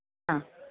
ആഹ്